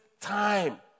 time